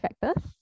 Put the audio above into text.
factors